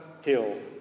hill